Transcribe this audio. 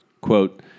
Quote